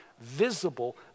visible